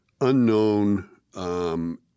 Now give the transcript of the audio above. unknown